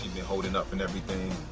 been holding up and everything.